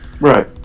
Right